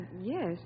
Yes